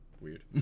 Weird